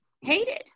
Hated